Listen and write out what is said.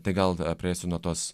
tai gal praėsiu nuo tos